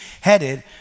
headed